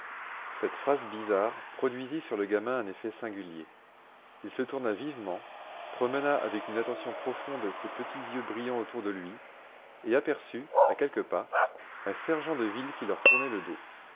cette phrase bizarre produisit sur le gamin un effet singulier il se tourna vivement promena avec une attention profonde ses petits yeux brillants autour de lui et aperçut à quelques pas un sergent de ville qui leur tournait le dos